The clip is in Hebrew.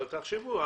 תחשבו,